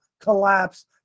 collapse